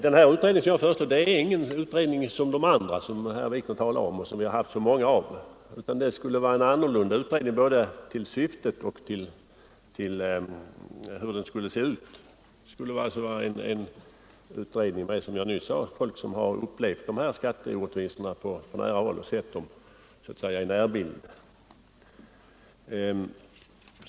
Den utredning jag föreslår är inte en utredning som alla de andra som herr Wikner talar om och som vi har haft så många av. Den utredning jag talar om skulle ha ett annat syfte och se annorlunda ut. Den skulle göras av folk som har upplevt skatteorättvisorna på nära håll, så att säga sett dem i närbild.